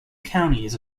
counties